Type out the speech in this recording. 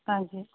ਹਾਂਜੀ